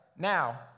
Now